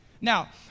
Now